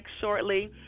shortly